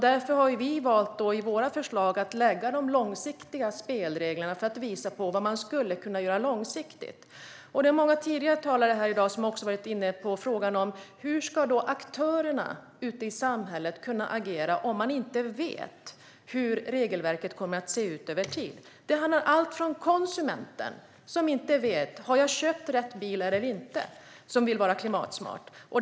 Därför har vi i vårt förslag valt att lägga fram de långsiktiga spelreglerna för att visa vad man skulle kunna göra långsiktigt. Det är många tidigare talare här i dag som också har varit inne på frågan om hur aktörerna ute i samhället ska kunna agera om de inte vet hur regelverket kommer att se ut över tid. Det handlar om konsumenten som vill vara klimatsmart men som inte vet om han eller hon har köpt rätt bil eller inte.